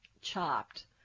chopped